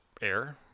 air